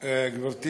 גברתי